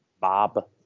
Bob